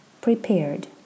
prepared